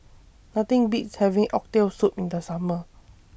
Nothing Beats having Oxtail Soup in The Summer